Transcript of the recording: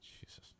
Jesus